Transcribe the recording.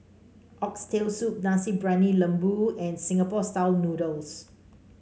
Oxtail Soup Nasi Briyani Lembu and Singapore style noodles